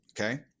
okay